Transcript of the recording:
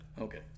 Okay